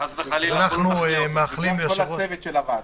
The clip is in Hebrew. אנחנו מאחלים ליושב-ראש --- לכל הצוות של הוועדה.